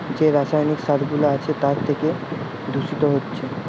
যে রাসায়নিক সার গুলা আছে তার থিকে দূষণ হচ্ছে